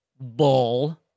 Bull